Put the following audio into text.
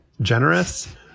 generous